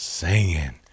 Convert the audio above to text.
singing